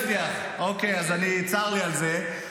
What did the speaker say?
צר לי על זה,